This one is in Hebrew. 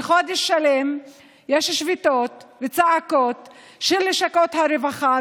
כשחודש שלם יש שביתות וצעקות של לשכות הרווחה,